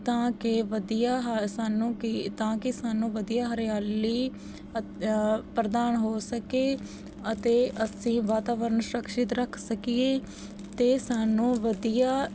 ਤਾਂ ਕਿ ਵਧੀਆ ਹਾ ਸਾਨੂੰ ਕਿ ਤਾਂ ਕਿ ਸਾਨੂੰ ਵਧੀਆ ਹਰਿਆਲੀ ਅਤ ਪ੍ਰਦਾਨ ਹੋ ਸਕੇ ਅਤੇ ਅਸੀਂ ਵਾਤਾਵਰਨ ਸੁਰਕਸ਼ਿਤ ਰੱਖ ਸਕੀਏ ਅਤੇ ਸਾਨੂੰ ਵਧੀਆ